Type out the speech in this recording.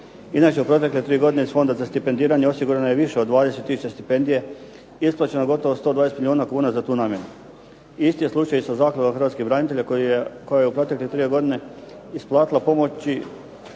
Inače u protekle tri godine iz Fonda za stipendiranje osigurano je više od 20 tisuća stipendija, isplaćeno gotovo 120 milijuna kuna za tu namjenu. Isti je slučaj i sa Zakladom hrvatskih branitelja koja je u protekle tri godine isplatila pomoći